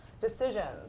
decisions